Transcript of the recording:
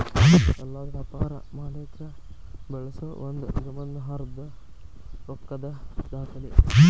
ಎಲ್ಲಾ ವ್ಯಾಪಾರ ಮಾಲೇಕ್ರ ಬಳಸೋ ಒಂದು ಗಮನಾರ್ಹದ್ದ ರೊಕ್ಕದ್ ದಾಖಲೆ